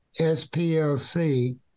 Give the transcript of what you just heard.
SPLC